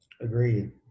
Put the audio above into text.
Agreed